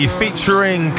featuring